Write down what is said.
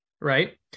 right